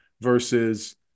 versus